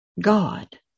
God